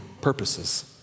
purposes